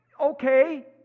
Okay